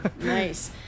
Nice